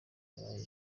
yahaye